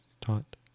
taught